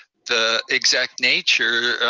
the exact nature.